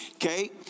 Okay